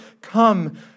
come